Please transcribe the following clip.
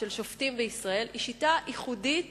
של שופטים בישראל היא שיטה ייחודית,